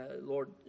Lord